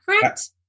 correct